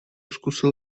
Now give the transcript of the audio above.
zkusil